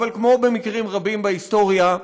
אבל כמו במקרים רבים בהיסטוריה,